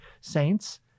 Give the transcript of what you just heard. saints